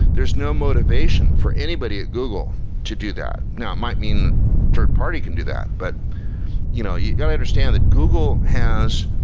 there's no motivation for anybody at google to do that. now, it might mean third-party can do that, but you know you got to understand that google has